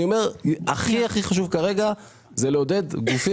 אני אומר שהכי חשוב כרגע זה לעודד גופים